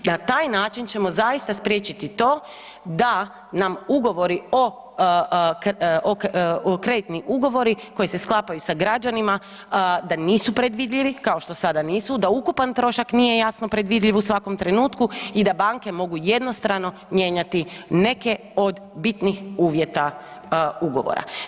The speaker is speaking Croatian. Na taj način ćemo zaista spriječiti to da nam kreditni ugovori koji se sklapaju sa građanima, da nisu predvidljivi kao što sada nisu, da ukupan trošak nije jasno predvidljiv u svakom trenutku i da banke mogu jednostrano mijenjati neke od bitnih uvjeta ugovora.